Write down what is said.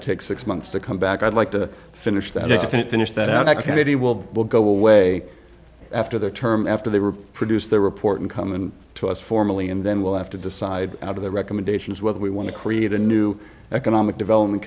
to take six months to come back i'd like to finish that to finish that activity will will go away after their term after they were produced the report coming to us formally and then we'll have to decide out of the recommendations whether we want to create a new economic development